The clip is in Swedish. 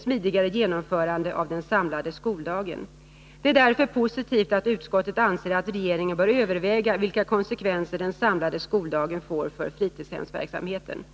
smidigare genomförande av den samlade skoldagen. Det är därför positivt att utskottet anser att regeringen bör överväga vilka konsekvenser den samlade skoldagen får för fritidshemsverksamheten.